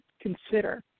consider